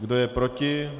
Kdo je proti?